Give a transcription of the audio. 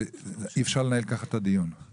אי אפשר לנהל כך את הדיון.